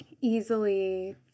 easily